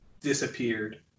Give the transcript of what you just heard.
disappeared